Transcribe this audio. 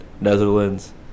Netherlands